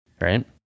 right